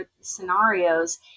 scenarios